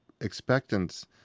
expectance